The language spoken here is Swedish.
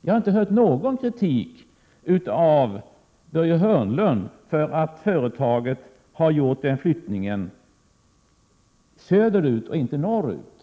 Jag har inte hört någon kritik från Börje Hörnlund om att företaget har flyttat söderut i stället för norrut.